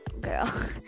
girl